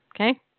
Okay